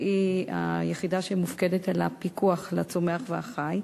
שהיא היחידה שמופקדת על הפיקוח על הצומח והחי.